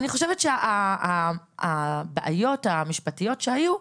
אני חושבת שהבעיות המשפטיות שהיו,